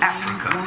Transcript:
Africa